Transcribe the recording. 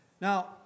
Now